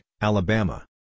Alabama